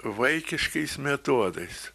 vaikiškais metodais